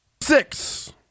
Six